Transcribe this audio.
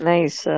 Nice